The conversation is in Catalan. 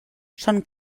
són